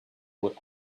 would